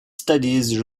studies